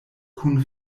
kun